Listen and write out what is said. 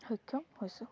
সক্ষম হৈছোঁ